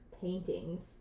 paintings